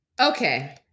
Okay